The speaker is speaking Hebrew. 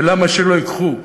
ולמה שלא ייקחו?